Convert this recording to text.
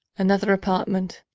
another apartment.